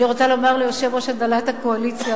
אני רוצה לומר תודה ליושב-ראש הנהלת הקואליציה,